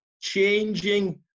changing